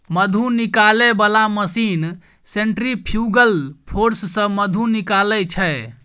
मधु निकालै बला machine centrifugal force सँ मधु निकालै छै